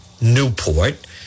Newport